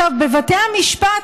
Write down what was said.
בבתי המשפט,